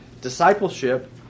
discipleship